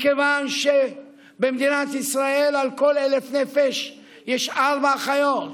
מכיוון שבמדינת ישראל על כל 1,000 נפש יש ארבע אחיות.